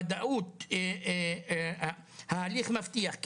וודאות ההליך מבטיח,